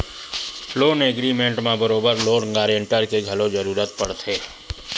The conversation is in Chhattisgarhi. लोन एग्रीमेंट म बरोबर लोन गांरटर के घलो जरुरत पड़थे